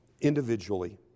individually